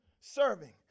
serving